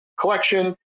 collection